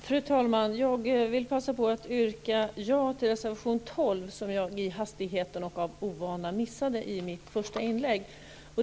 Fru talman! Jag vill passa på att yrka bifall till reservation 12, något som jag i hastigheten och av ovana missade i mitt första inlägg.